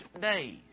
days